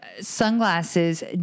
sunglasses